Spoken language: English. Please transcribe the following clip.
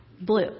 blue